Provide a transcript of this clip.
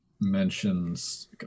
mentions